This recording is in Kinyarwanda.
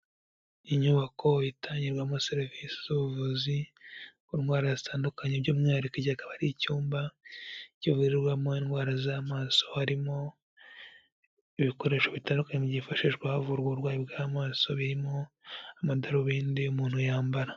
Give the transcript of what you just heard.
Inyubako itangirwamo serivisi z'ubuvuzi ku ndwara zitandukanye, by'umwihariko kikaba ari icyumba kivurwamo indwara z'amaso, harimo ibikoresho bitandukanye byifashishwa havurwa uburwayi bw'amaso birimo amadarubindi umuntu yambara.